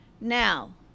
Now